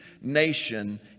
nation